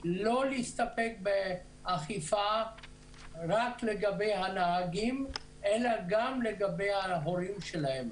לא להסתפק באכיפה רק לגבי הנהגים אלא גם לגבי ההורים שלהם,